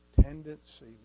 tendency